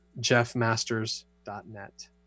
jeffmasters.net